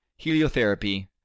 heliotherapy